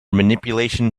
manipulation